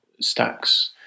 stacks